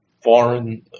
foreign